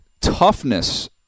Toughness